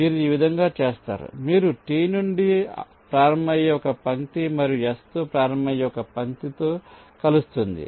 మీరు ఈ విధంగా చేస్తారు మీరు T నుండి ప్రారంభమయ్యే ఒక పంక్తి మరియు S తో ప్రారంభమయ్యే ఒక పంక్తి తో కలుస్తుంది